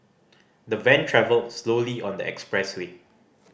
the van travelled slowly on the expressway